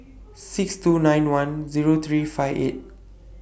six two nine one Zero three five eight